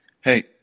Hey